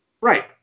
Right